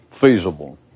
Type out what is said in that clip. feasible